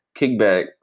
kickback